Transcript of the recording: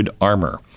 Armor